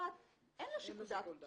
קובעת שאין לו שיקול דעת.